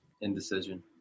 indecision